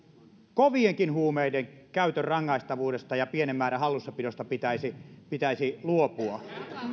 kovienkin huumeiden käytön rangaistavuudesta ja pienen määrän hallussapidosta pitäisi pitäisi luopua